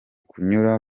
kunyura